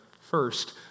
first